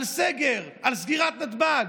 על סגר, על סגירת נתב"ג.